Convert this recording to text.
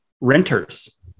renters